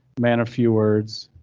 man of few words.